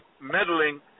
meddling